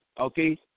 Okay